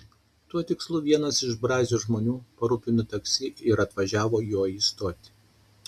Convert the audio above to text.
tuo tikslu vienas iš brazio žmonių parūpino taksi ir atvažiavo juo į stotį